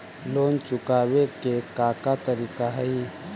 Loan चुकावे के का का तरीका हई?